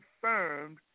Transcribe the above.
confirmed